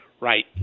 Right